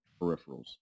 peripherals